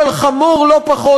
אבל חמור לא פחות,